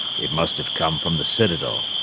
it must have come from the citadel.